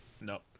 Nope